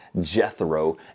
Jethro